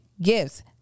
gifts